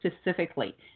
specifically